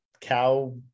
cow